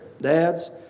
dads